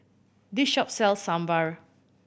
this shop sells Sambar